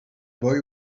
boy